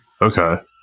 okay